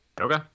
Okay